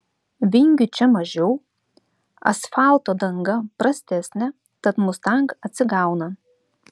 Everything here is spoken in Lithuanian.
vingių čia mažiau asfalto danga prastesnė tad mustang atsigauna